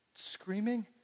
Screaming